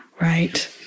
right